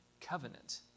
covenant